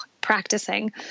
practicing